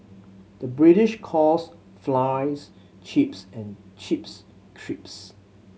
the British calls flies chips and chips crisps